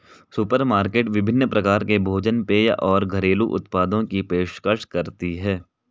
supermarket विभिन्न प्रकार के भोजन पेय और घरेलू उत्पादों की पेशकश करती है